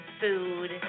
food